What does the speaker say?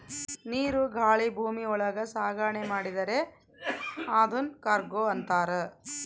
ನೀರು ಗಾಳಿ ಭೂಮಿ ಒಳಗ ಸಾಗಣೆ ಮಾಡಿದ್ರೆ ಅದುನ್ ಕಾರ್ಗೋ ಅಂತಾರ